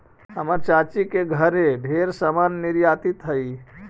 हमर चाची के घरे ढेर समान निर्यातित हई